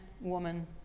woman